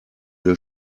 der